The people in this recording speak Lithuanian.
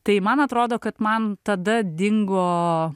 tai man atrodo kad man tada dingo